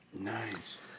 Nice